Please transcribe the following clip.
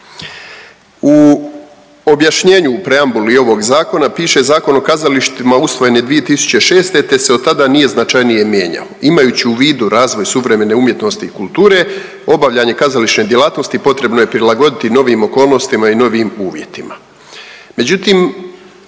U objašnjenju, preambuli ovog Zakona piše, Zakon o kazalištima usvojen je 2006. te se od tada nije značajnije mijenjao. Imajući u vidu razvoj suvremene umjetnosti i kulture, obavljanje kazališne djelatnosti potrebno je prilagoditi novim okolnostima i novim uvjetima. Međutim,